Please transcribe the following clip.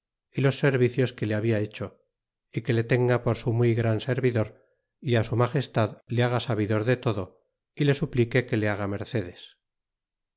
y los servicios que le habia hecho y que le tenga por su muy gran servidor y su magestad le haga sabidor de todo y le suplique que le haga mercedes